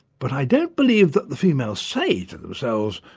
but i don't believe that the females say to themselves,